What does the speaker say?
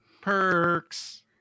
perks